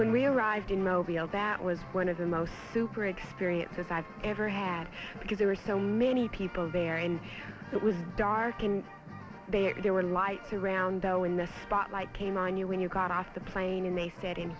when we arrived in mobile that was one of the most super experiences i've ever had because there were so many people there and it was dark and there were lights around though in the spotlight came on you when you got off the plane and they said in